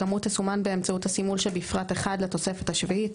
הכמות תסומן באמצעות הסימול שבפרט 1 לתוספת השביעית,